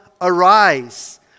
arise